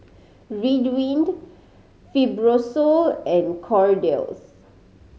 Ridwind Fibrosol and Kordel's